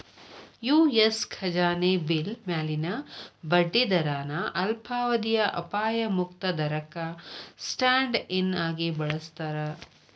US ಖಜಾನೆ bill ಮ್ಯಾಲಿನ ಬಡ್ಡಿ ದರನ ಅಲ್ಪಾವಧಿಯ ಅಪಾಯ ಮುಕ್ತ ದರಕ್ಕ ಸ್ಟ್ಯಾಂಡ್ ಇನ್ ಆಗಿ ಬಳಸ್ತಾರ